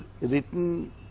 written